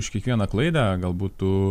už kiekvieną klaidą gal būtų